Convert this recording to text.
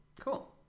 Cool